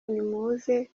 nimuze